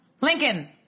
Lincoln